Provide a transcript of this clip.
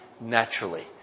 naturally